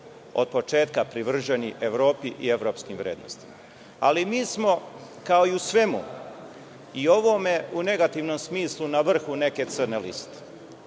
od početka privrženi Evropi i evropskim vrednostima. Ali mi smo, kao i u svemu i u ovome u negativnom smislu na vrhu neke crne